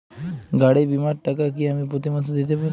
গাড়ী বীমার টাকা কি আমি প্রতি মাসে দিতে পারি?